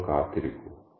നിങ്ങൾ കാത്തിരിക്കൂ